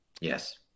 Yes